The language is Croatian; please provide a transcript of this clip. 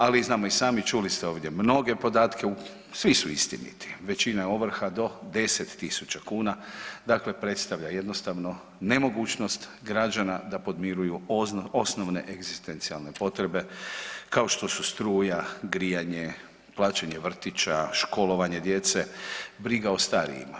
Ali znamo i sami čuli ste ovdje mnoge podatke, svi su istiniti, većina je ovrha do 10.000 kuna dakle predstavlja jednostavno nemogućnost građana da podmiruju osnovne egzistencijalne potrebe kao što su struja, grijanje, plaćanje vrtića, školovanje djece, briga o starijima.